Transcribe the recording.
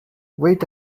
wait